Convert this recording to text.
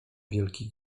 wielki